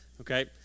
okay